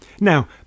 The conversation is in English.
Now